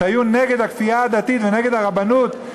שהיו נגד הכפייה הדתית ונגד הרבנות,